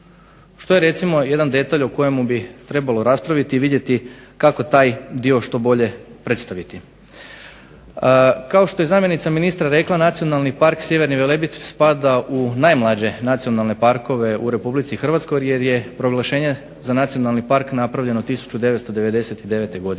Što je recimo jedan detalj o kojemu bi trebalo raspraviti i vidjeti kako taj dio što bolje predstaviti. Kao što je zamjenica ministra rekla Nacionalni park Sjeverni Velebit spada u najmlađe nacionalne parkove u RH jer je proglašenje za nacionalni park napravljeno 1999. godine.